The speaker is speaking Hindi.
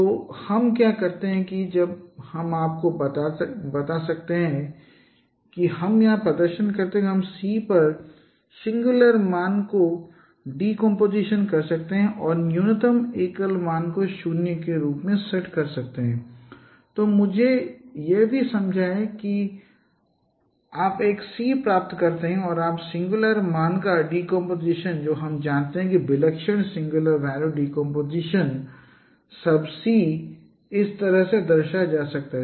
तो हम क्या करते हैं जो हम आपको बता सकते हैं कि हम यहां प्रदर्शन कर सकते हैं कि हम C पर सिंगुलर मान का डिकम्पोजिशन कर सकते हैं और न्यूनतम एकल मान को 0 के रूप में सेट कर सकते हैं तो मुझे यह भी समझाएं कि आप एक C प्राप्त करते हैं और आप सिंगुलर मान का डिकम्पोजिशन जो हम जानते हैं कि विलक्षण सिंगुलर वैल्यू डिकम्पोजिशन उप C इस तरह से दर्शाया जा सकता है